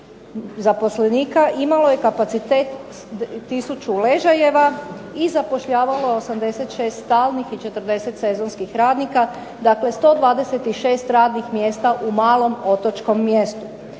zaposlenika, imalo je kapacitet 1000 ležajeva, i zapošljavalo 86 stalnih i 40 sezonskih radnika, dakle 126 radnih mjesta u malom otočnom mjestu.